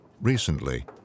Recently